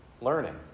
learning